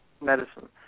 medicine